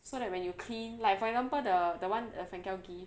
so that when you clean like for example the the one that Fancl give